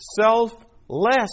selfless